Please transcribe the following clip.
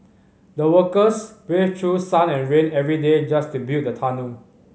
the workers braved through sun and rain every day just to build the tunnel